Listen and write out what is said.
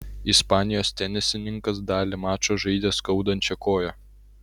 ispanijos tenisininkas dalį mačo žaidė skaudančia koja